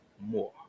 more